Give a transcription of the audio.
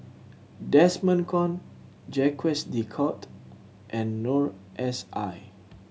Desmond Kon Jacques De Coutre and Noor S I